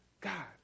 God